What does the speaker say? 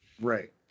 Right